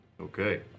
Okay